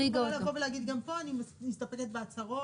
להרחיב את ההגדרה של בשר טרי גם ממינוס אחד עד אחד.